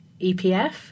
EPF